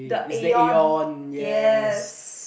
the Aeon yes